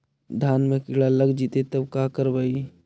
धान मे किड़ा लग जितै तब का करबइ?